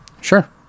Sure